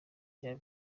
jean